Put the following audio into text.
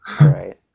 Right